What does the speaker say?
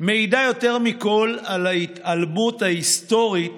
מעידה יותר מכול על ההתעלמות ההיסטורית